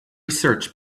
search